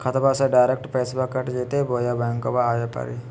खाताबा से डायरेक्ट पैसबा कट जयते बोया बंकबा आए परी?